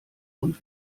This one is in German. und